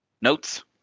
notes